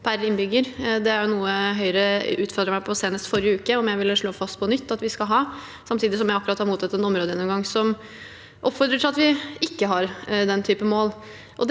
tusen innbyggere. Det er noe Høyre utfordret meg på senest i forrige uke, om jeg vil slå fast på nytt at vi skal ha det, samtidig som jeg akkurat har mottatt en områdegjennomgang som oppfordrer til ikke å ha den typen mål.